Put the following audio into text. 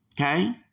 Okay